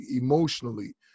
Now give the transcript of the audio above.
emotionally